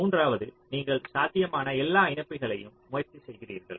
மூன்றாவது நீங்கள் சாத்தியமான எல்லா இணைப்புகளையும் முயற்சி செய்கிறீர்கள்